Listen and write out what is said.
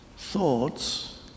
thoughts